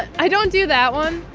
i don't do that one.